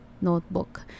notebook